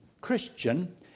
Christian